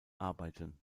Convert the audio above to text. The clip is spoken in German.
arbeiten